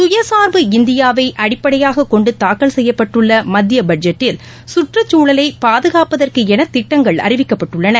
சுயசார்பு இந்தியாவைஅடிப்படையாககொண்டுதாக்கல் செய்யப்பட்டுள்ளமத்தியபட்ஜெட்டில் சுற்றுச்சூழலைபாதுகாப்பதற்குஎனதிட்டங்கள் அறிவிக்கப்பட்டுள்ளன